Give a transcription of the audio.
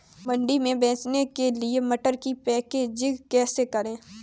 मंडी में बेचने के लिए मटर की पैकेजिंग कैसे करें?